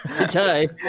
Okay